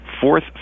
fourth